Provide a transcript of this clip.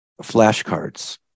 flashcards